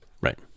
right